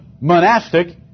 monastic